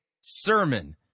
sermon